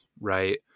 right